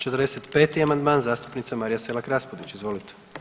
45. amandman zastupnica Marija Selak Raspudić, izvolite.